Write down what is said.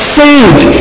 saved